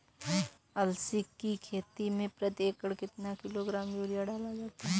अलसी की खेती में प्रति एकड़ कितना किलोग्राम यूरिया डाला जाता है?